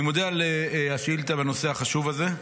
אני מודה על השאילתה בנושא החשוב הזה.